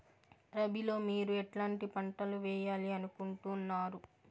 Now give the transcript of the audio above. రబిలో మీరు ఎట్లాంటి పంటలు వేయాలి అనుకుంటున్నారు?